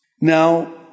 Now